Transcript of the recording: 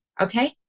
Okay